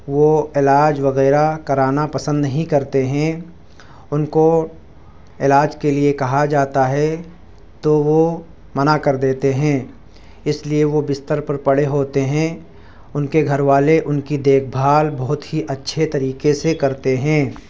وہ علاج وغیرہ کرانا پسند نہیں کرتے ہیں ان کو علاج کے لیے کہا جاتا ہے تو وہ منع کر دیتے ہیں اس لیے وہ بستر پر پڑے ہوتے ہیں ان کے گھر والے ان کی دیکھ بھال بہت ہی اچھے طریقے سے کرتے ہیں